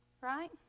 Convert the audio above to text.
right